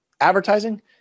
advertising